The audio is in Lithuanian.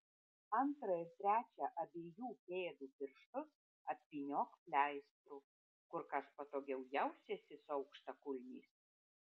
antrą ir trečią abiejų pėdų pirštus apvyniok pleistru kur kas patogiau jausiesi su aukštakulniais